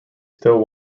still